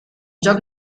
joc